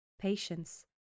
patience